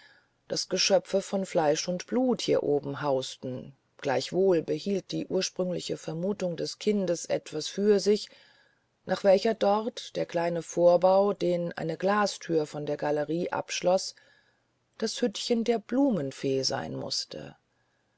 daß geschöpfe von fleisch und blut hier oben hausten gleichwohl behielt die ursprüngliche vermutung des kindes etwas für sich nach welcher dort der kleine vorbau den eine glasthür von der galerie abschloß das hüttchen der blumenfee sein mußte